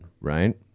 right